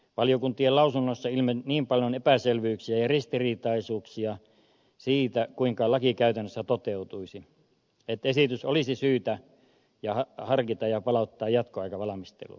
valiokuntien lausunnoissa on ilmennyt niin paljon epäselvyyksiä ja ristiriitaisuuksia siinä kuinka laki käytännössä toteutuisi että esitystä olisi syytä harkita ja palauttaa se jatkoaikavalmisteluun